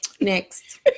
Next